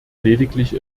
lediglich